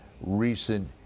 recent